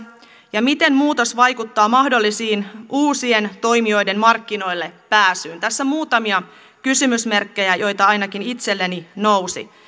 ja miten muutos vaikuttaa mahdollisten uusien toimijoiden markkinoillepääsyyn tässä muutamia kysymysmerkkejä joita ainakin itselleni nousi